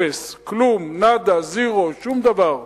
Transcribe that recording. אפס, כלום, נאדה, זירו, שום דבר.